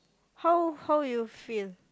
how how you feel